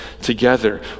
together